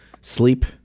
sleep